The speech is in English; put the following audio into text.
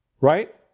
Right